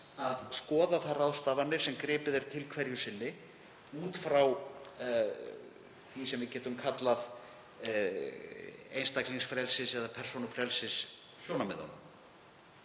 að skoða þær ráðstafanir sem gripið er til hverju sinni út frá því sem við getum kallað einstaklingsfrelsis- eða persónufrelsissjónarmiðunum.